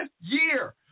year